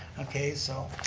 okay, so